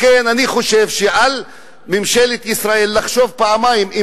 לכן אני חושב שעל ממשלת ישראל לחשוב פעמיים אם